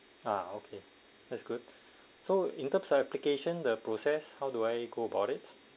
ah okay that's good so in terms of application the process how do I go about it